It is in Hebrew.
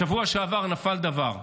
בשבוע שעבר נפל דבר: